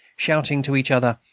shouting to each other,